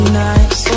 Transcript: nice